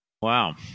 Wow